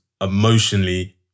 emotionally